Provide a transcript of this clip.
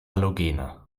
halogene